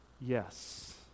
yes